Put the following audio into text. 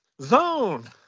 zone